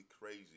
crazy